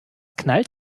knallt